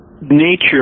nature